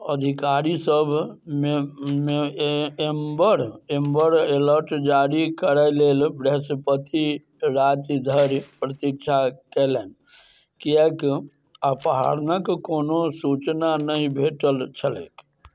अधिकारीसबमे amber amber alert जारी करैलेल बृहस्पति रातिधरि प्रतीक्षा केलनि कियाकि अपहरणके कोनो सूचना नहि भेटल छलै